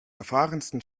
erfahrensten